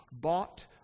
bought